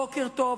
בוקר טוב,